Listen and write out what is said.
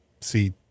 see